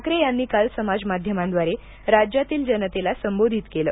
ठाकरे यांनी काल समाजमाध्यमांद्वारे राज्यातील जनतेला संबोधित केलं